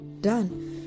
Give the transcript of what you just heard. done